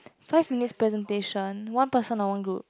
five minutes presentation one person or one group